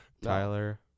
Tyler